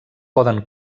poden